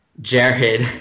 Jared